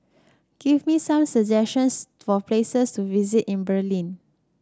give me some suggestions for places to visit in Berlin